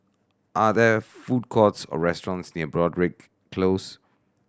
are there food courts or restaurants near Broadrick Close